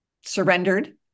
surrendered